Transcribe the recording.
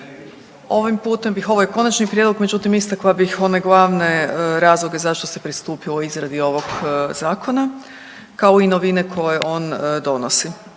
Ovim putem bih ovaj konačni prijedlog, međutim, istakla bih one glavne razloge zašto se pristupilo izradi ovog Zakona, kao i novine koje on donosi.